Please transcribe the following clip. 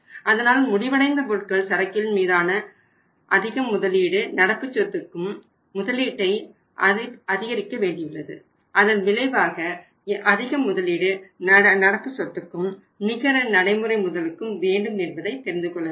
அதனால் முடிவடைந்த பொருட்கள் சரக்கில் மீதான முதலீட்டை அதிகரிக்க வேண்டியுள்ளது அதன் விளைவாக எவ்வளவு அதிக முதலீடு நடப்பு சொத்துக்கும் நிகர நடைமுறை முதலுக்கும் வேண்டும் என்பதை தெரிந்துகொள்ள வேண்டும்